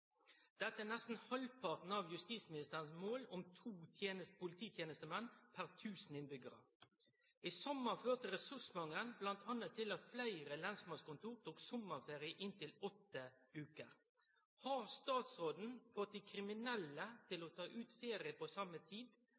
Dette er nesten halvparten av justisministerens mål om to polititjenestemenn per 1 000 innbyggere. I sommer førte ressursmangelen bl.a. til at flere lensmannskontorer tok sommerferie i inntil åtte uker. Har statsråden fått de kriminelle til å ta ut ferie på samme tid,